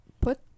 put